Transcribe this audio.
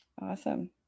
awesome